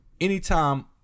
anytime